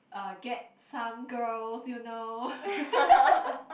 uh get some girls you know